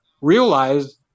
Realize